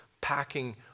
packing